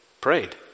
prayed